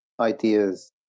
ideas